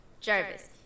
Jarvis